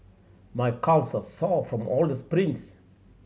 my calves are sore from all the sprints